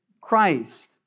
Christ